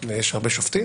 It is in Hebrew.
יש הרבה שופטים